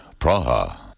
Praha